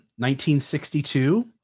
1962